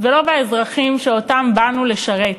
ולא באזרחים שאותם באנו לשרת,